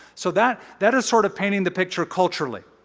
so that that is sort of painting the picture culturally.